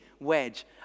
wedge